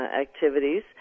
activities